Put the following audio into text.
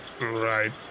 Right